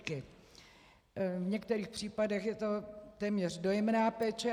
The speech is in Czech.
V některých případech je to téměř dojemná péče.